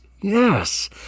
yes